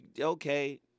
okay